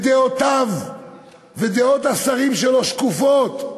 ודעותיו ודעות השרים שלו שקופות.